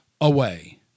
away